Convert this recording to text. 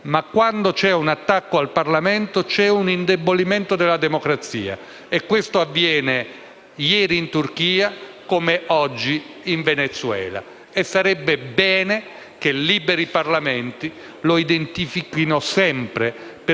ma quando c'è un attacco al Parlamento c'è un indebolimento della democrazia. Questo è avvenuto ieri in Turchia, oggi in Venezuela. Sarebbe bene che i liberi Parlamenti se ne accorgessero sempre,